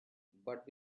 but